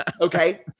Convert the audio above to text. okay